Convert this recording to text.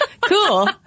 cool